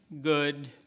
good